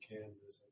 Kansas